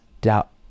doubt